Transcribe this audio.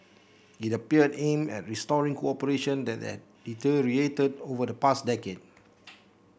it appeared aimed at restoring cooperation that had deteriorated over the past decade